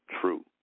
true